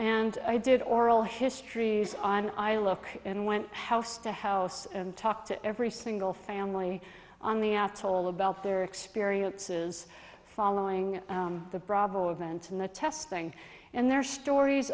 and i did oral histories and i look and went house to house and talked to every single family on the after all about their experiences following the brabo events and the testing and their stories